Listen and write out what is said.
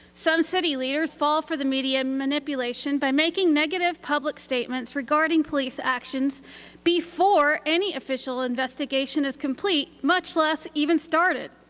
some city leaders fall for the media manipulation by making negative public statements regarding police actions before any official investigation is complete, much less even started.